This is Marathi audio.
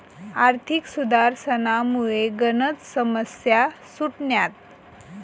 आर्थिक सुधारसनामुये गनच समस्या सुटण्यात